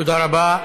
תודה רבה.